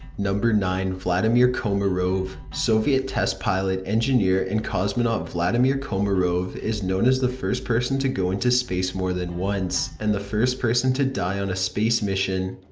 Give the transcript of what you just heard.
number nine. vladimir komarov soviet test pilot, engineer, and cosmonaut vladimir komarov is known as the first person to go into space more than once, and the first person to die on a space mission.